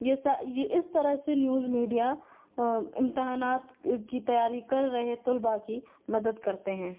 یہ یہ اس طرح سے نیوز میڈیا امتحانات کی تیاری کر رہے طلباء کی مدد کرتے ہیں